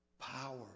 power